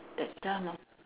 that time ah